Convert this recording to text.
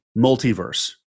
multiverse